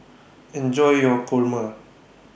Enjoy your Kurma